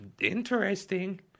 interesting